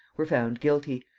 were found guilty,